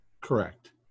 Correct